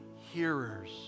hearers